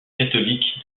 catholique